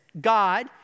God